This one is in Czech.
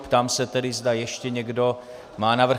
Ptám se tedy, zda ještě někdo má návrh.